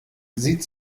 sieht